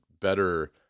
better